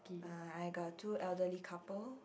uh I got two elderly couple